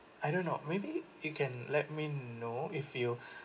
I don't know maybe you can let me know if you